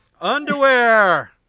Underwear